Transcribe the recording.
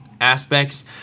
aspects